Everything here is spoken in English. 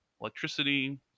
electricity